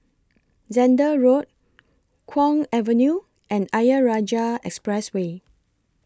Zehnder Road Kwong Avenue and Ayer Rajah Expressway